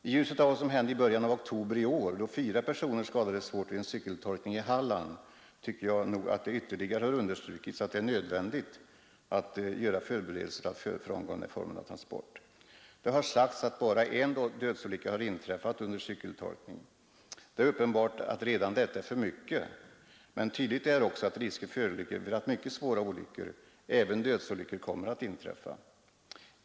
I ljuset av vad som hände i början av oktober i år, då fyra personer skadades svårt vid en cykeltolkning i Halland, tycker jag att det ytterligare har understrukits att det är nödvändigt att göra förberedelser för att frångå den här formen av transport. Det har sagts att bara en dödsolycka inträffat under cykeltolkning. Det är uppenbart att redan detta för mycket, men tydligt är också att risker föreligger för att mycket svåra olyckor, även dödsolyckor, kommer att inträffa.